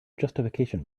justification